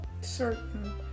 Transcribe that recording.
certain